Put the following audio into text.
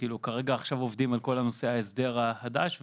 וכרגע עכשיו עובדים על כל נושא ההסדר החדש,